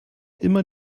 immer